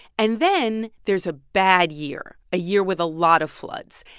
and then there's a bad year, a year with a lot of floods.